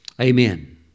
Amen